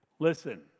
Listen